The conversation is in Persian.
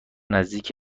نزدیک